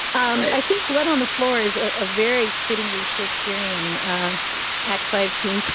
i think blood on the floor is a very fittingly shakespearean act. five scene